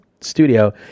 studio